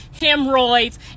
hemorrhoids